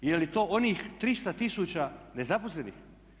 Je li to onih 300 tisuća nezaposlenih?